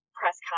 press